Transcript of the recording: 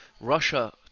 Russia